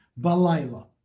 Balayla